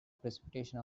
precipitation